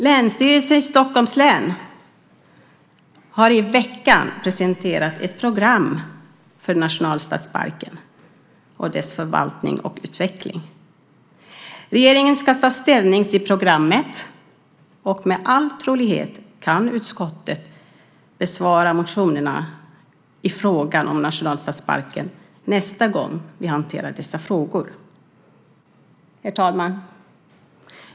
Länsstyrelsen i Stockholms län har i veckan presenterat ett program för nationalstadsparken och dess förvaltning och utveckling. Regeringen ska ta ställning till programmet och med all sannolikhet kan utskottet besvara motionerna i frågan om nationalstadsparken nästa gång vi hanterar dessa frågor. Herr talman!